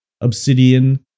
obsidian